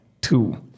two